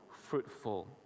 fruitful